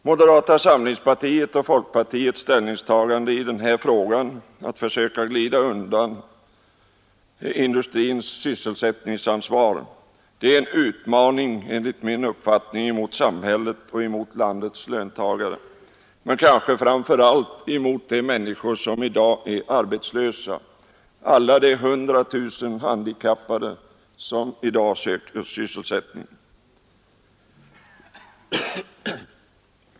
Moderata samlingspartiets och folkpartiets ställningstagande i denna fråga — att försöka glida undan industrins sysselsättningsansvar — är enligt min uppfattning en utmaning mot samhället och landets löntagare, men kanske framför allt mot de människor som i dag är arbetslösa och alla de hundratusentals handikappade som i dag söker sysselsättning.